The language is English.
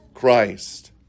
Christ